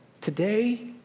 today